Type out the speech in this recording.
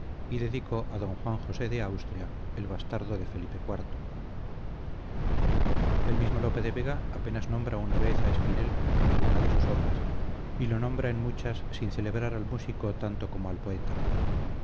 y dedicó a d juan josé de austria el bastardo de felipe iv el mismo lope de vega apenas nombra una sola vez a espinel en alguna de sus obras y lo nombra en muchas sin celebrar al músico tanto como al poeta